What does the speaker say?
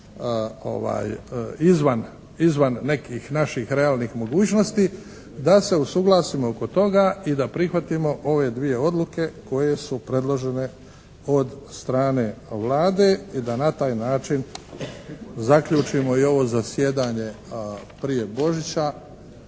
izvan nekih naših realnih mogućnosti, da se usuglasimo oko toga i da prihvatimo ove dvije odluke koje su predložene od strane Vlade i da na taj način zaključimo i ovo zasjedanje prije Božića,